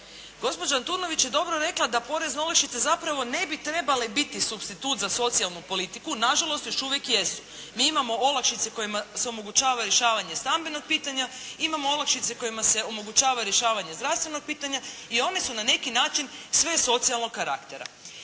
Gospođa Antunović je dobro rekla da porezne olakšice zapravo ne bi trebale biti supstitut za socijalnu politiku, na žalost još uvijek jesu. Mi imamo olakšice kojima se omogućava rješavanje stambenog pitanja, imamo olakšice kojima se omogućava rješavanje zdravstvenog pitanja i one su na neki način sve socijalnog karaktera.